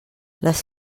les